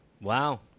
Wow